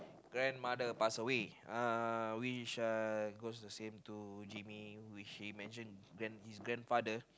grandmother passed away uh which uh was the same to Jaime which he mentioned then his grandfather grandmother passed way